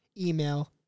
email